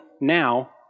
now